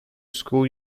school